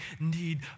need